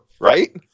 right